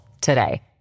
today